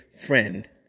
friend